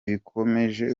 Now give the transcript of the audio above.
bikomeje